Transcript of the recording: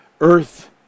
earth